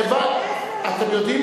אתם יודעים?